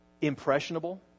impressionable